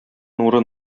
нуры